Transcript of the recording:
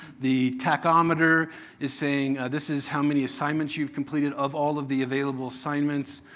the tachometer is saying, this is how many assignments you've completed of all of the available assignments.